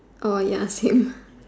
er ya you ask him